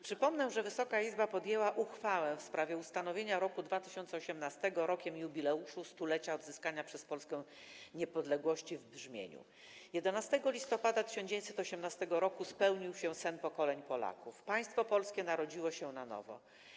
Przypomnę, że Wysoka Izba podjęła uchwałę w sprawie ustanowienia roku 2018 Rokiem Jubileuszu 100-lecia odzyskania przez Polskę Niepodległości w brzmieniu: 11 listopada 1918 roku spełnił się sen pokoleń Polaków - Państwo Polskie narodziło się na nowo.